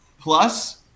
Plus